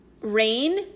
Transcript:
rain